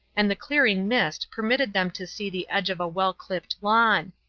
and the clearing mist permitted them to see the edge of a well-clipped lawn.